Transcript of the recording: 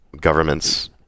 governments